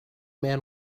man